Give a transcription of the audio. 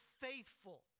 faithful